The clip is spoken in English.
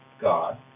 God